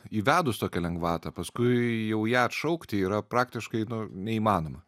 įvedus tokią lengvatą paskui jau ją atšaukti yra praktiškai nu neįmanoma